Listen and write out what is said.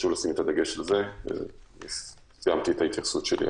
בזה סיימתי את ההתייחסות שלי.